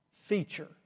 feature